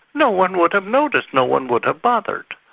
no one would have noticed, no one would have bothered.